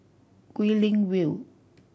Guilin View